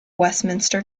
westminster